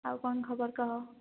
ଆଉ କ'ଣ ଖବର କହ